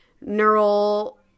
neural